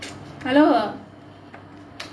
hello